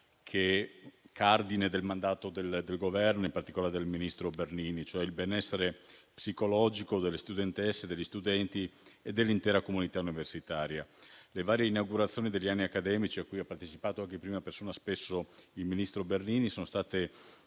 cardine del mandato del Governo, in particolare del ministro Bernini, e cioè il benessere psicologico delle studentesse, degli studenti e dell'intera comunità universitaria. Le varie inaugurazioni degli anni accademici a cui ha partecipato, spesso anche in prima persona, il ministro Bernini sono state